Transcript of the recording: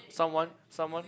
someone someone